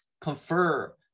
confer